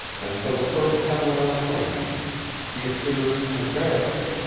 and for the first time in our acquaintance she appeared embarrassed,